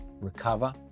recover